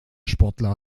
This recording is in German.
sportler